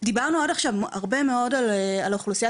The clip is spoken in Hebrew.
דיברנו עד עכשיו הרבה מאוד על אוכלוסיית